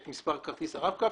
את מספר כרטיס הרב-קו,